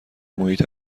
محیط